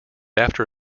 after